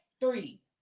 three